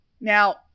Now